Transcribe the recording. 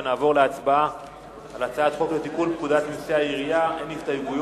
נעבור להצבעה על הצעת חוק לתיקון פקודת מסי העירייה ומסי הממשלה